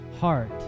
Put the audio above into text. heart